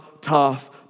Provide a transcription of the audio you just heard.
tough